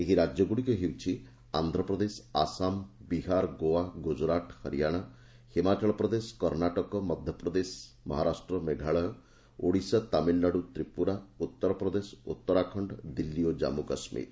ଏହି ରାଜ୍ୟଗୁଡିକ ହେଉଛି ଆନ୍ଧ୍ରପ୍ରଦେଶ ଆସାମ ବିହାର ଗୋଆ ଗୁଜରାଟ ହରିଆନା ହିମାଚଳ ପ୍ରଦେଶ କର୍ଣ୍ଣାଟକ ମଧ୍ୟପ୍ରଦେଶ ମହାରାଷ୍ଟ୍ର ମେଘାଳୟ ଓଡିଶା ତାମିଲନାଡୁ ତ୍ରିପୁରା ଉତରପ୍ରଦେଶ ଉତରାଖଣ୍ଡ ଦିଲ୍ଲୀ ଓ ଜନ୍ମୁ କାଶ୍ମୀର